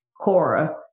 Cora